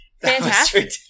Fantastic